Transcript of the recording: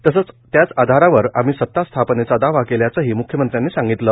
तसंच त्याच आधारावर आम्ही सता स्थापनेचा दावा केल्याचंही म्ख्यमंत्र्यांनी सांगितलं